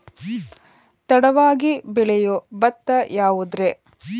ತಡವಾಗಿ ಬೆಳಿಯೊ ಭತ್ತ ಯಾವುದ್ರೇ?